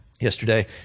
yesterday